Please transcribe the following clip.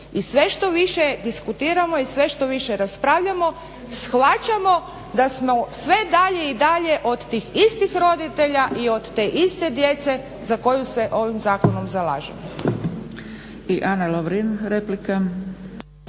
i sve što više diskutiramo i sve što više raspravljamo shvaćamo da smo sve dalje i dalje od tih istih roditelja i od te iste djece za koju se ovim zakonom zalažemo.